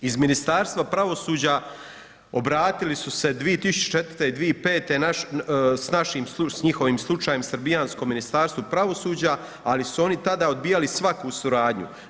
Iz Ministarstva pravosuđa, obratili su se 2004. i 2005. sa našim, s njihovim slučajem srbijanskom Ministarstvu pravosuđa, ali su oni tada odbijali svaku suradnju.